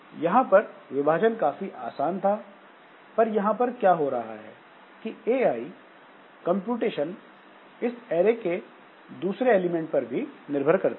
वहां पर विभाजन काफी आसान था पर यहां पर क्या हो रहा है कि ai कंप्यूटेशन इस ऐरे के दूसरे एलिमेंट पर भी निर्भर करता है